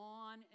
on